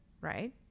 right